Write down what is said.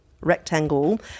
rectangle